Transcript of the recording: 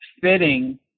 fitting